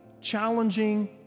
challenging